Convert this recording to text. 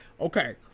Okay